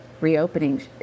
reopening